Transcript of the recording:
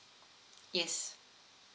yes